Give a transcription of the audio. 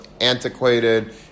antiquated